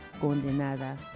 condenada